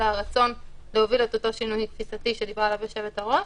אלא הרצון להוביל את אותו שינוי תפיסתי שדיברה עליו היושבת-ראש.